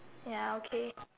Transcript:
ya okay